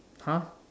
!huh!